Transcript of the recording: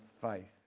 faith